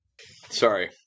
Sorry